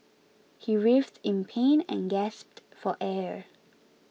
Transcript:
he writhed in pain and gasped for air